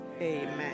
Amen